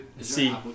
see